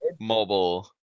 mobile